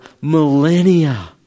millennia